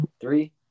three